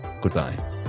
goodbye